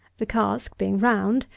the cask, being round,